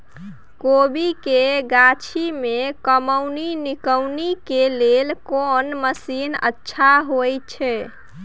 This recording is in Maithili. कोबी के गाछी में कमोनी निकौनी के लेल कोन मसीन अच्छा होय छै?